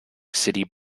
city